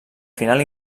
final